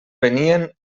venien